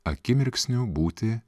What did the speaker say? akimirksniu būti